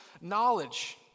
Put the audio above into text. knowledge